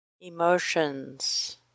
Emotions